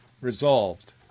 resolved